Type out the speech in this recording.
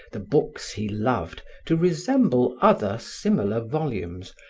the books he loved to resemble other similar volumes,